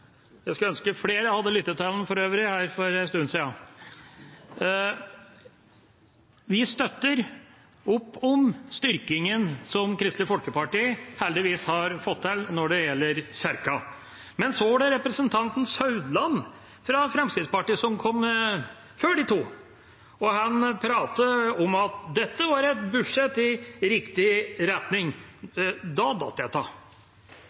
Jeg skulle for øvrig ønsket at flere hadde lyttet til ham for en stund siden. Vi støtter opp om styrkingen som Kristelig Folkeparti heldigvis har fått til når det gjelder Kirken. Men så var det representanten Gisle Meininger Saudland, fra Fremskrittspartiet, som kom før de to andre. Han pratet om at dette var et budsjett i riktig retning. Da